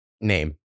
name